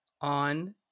on